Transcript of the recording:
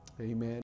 Amen